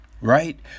Right